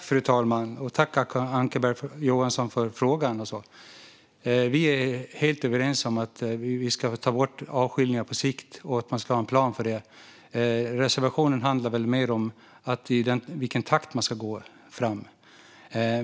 Fru talman! Tack, Acko Ankarberg Johansson, för frågan! Vi är helt överens om att vi ska ta bort avskiljningar på sikt och att vi ska ha en plan för det. Reservationen handlar mer om i vilken takt man ska gå fram.